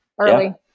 early